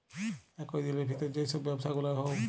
একই দিলের ভিতর যেই সব ব্যবসা গুলা হউ